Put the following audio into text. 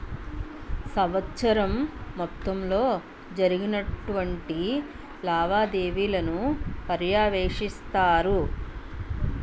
సంవత్సరం మొత్తంలో జరిగినటువంటి లావాదేవీలను పర్యవేక్షిస్తారు